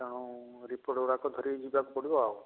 ତେଣୁ ରିପୋର୍ଟଗୁଡ଼ାକ ଧରିକି ଯିବାକୁ ପଡ଼ିବ ଆଉ